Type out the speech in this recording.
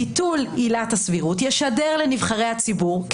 ביטול עילת הסבירות ישדר לנבחרי הציבור,